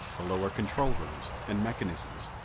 the lower control rooms and mechanisms.